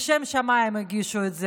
לשם שמיים הגישו את זה.